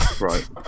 right